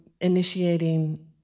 initiating